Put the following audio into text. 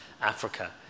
Africa